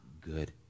good